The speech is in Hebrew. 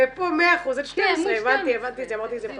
ופה 100% על 12 הבנתי את זה -- יותר